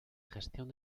gestión